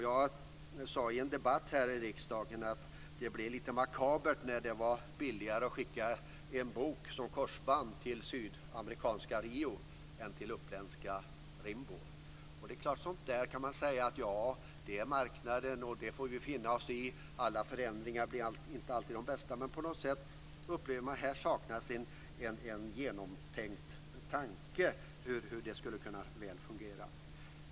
Jag sade i en debatt här i kammaren att det var lite makabert när det var billigare att skicka en bok som korsband till Rio i Sydamerika än till Rimbo i Uppland. Det är klart att man kan skylla på marknaden och på att alla förändringar inte alltid leder till det bättre. Men här saknas en tankegång om hur det skulle kunna fungera.